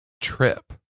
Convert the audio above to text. trip